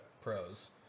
pros